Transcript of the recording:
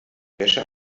wäsche